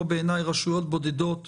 דעתן של רשויות בודדות